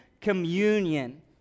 communion